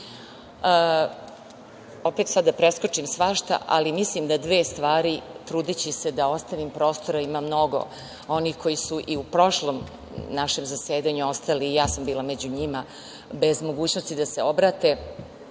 sada da preskočim svašta, ali mislim da dve stvari, trudeći se da ostavim prostora, ima mnogo onih koji su i u prošlom našem zasedanju ostali i ja sam bila među njima, bez mogućnosti da se obrate,